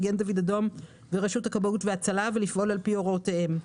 מגן דוד אודם ורשות הכבאות וההצלה ולפעול על פי הוראותיהם.